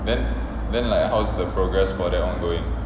then then like how's the progress for that [one] going